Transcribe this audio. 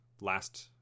last